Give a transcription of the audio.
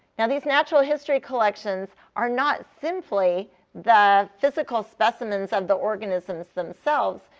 now, these natural history collections are not simply the physical specimens of the organisms themselves.